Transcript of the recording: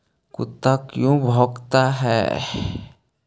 कुत्ता क्यों भौंकता है?